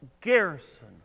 garrison